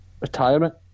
retirement